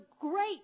great